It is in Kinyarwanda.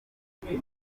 narose